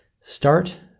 Start